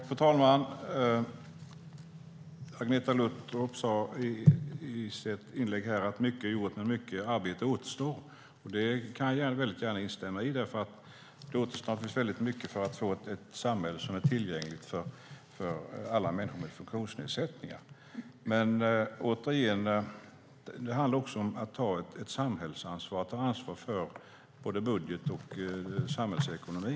Fru talman! Agneta Luttropp sade i sitt inlägg att mycket är gjort men att mycket arbete återstår. Det kan jag gärna instämma i därför att det naturligtvis återstår mycket för att få ett samhälle som är tillgängligt för alla människor med funktionsnedsättningar. Men det handlar återigen också om att ta ett samhällsansvar och att ta ansvar för både budget och samhällsekonomi.